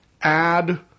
add